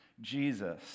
Jesus